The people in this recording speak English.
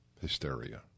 hysteria